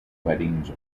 weddings